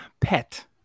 pet